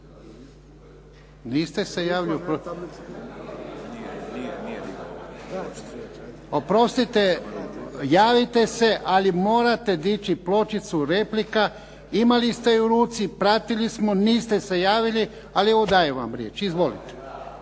se ne čuje./… Oprostite, javite se ali morate dići pločicu "replika". Imali ste ju u ruci, pratili smo, niste se javili ali evo dajem vam riječ. Izvolite.